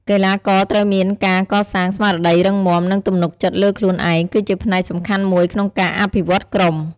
កីទ្បាករត្រូវមានការកសាងស្មារតីរឹងមាំ និងទំនុកចិត្តលើខ្លួនឯងគឺជាផ្នែកសំខាន់មួយក្នុងការអភិវឌ្ឍន៍ក្រុម។